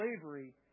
slavery